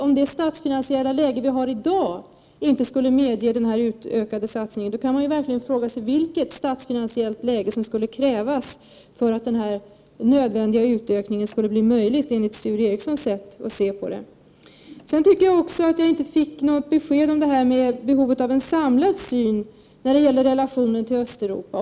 Om dagens statsfinansiella läge inte medger denna utökade satsning, då kan man verkligen fråga vilket statsfinansiellt läge som krävs för att denna nödvändiga utökning skall bli möjlig enligt Sture Ericsons sätt att se på saken. Jag fick inte heller något besked om behovet av en samlad syn i fråga om relationer till Östeuropa.